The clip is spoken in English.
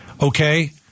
Okay